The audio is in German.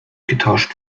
getauscht